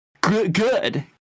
good